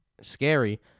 scary